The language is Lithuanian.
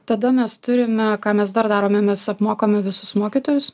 tada mes turime ką mes dar darome mes apmokome visus mokytojus